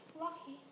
Lucky